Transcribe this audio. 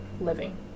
living